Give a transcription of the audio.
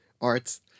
arts